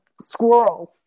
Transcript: Squirrels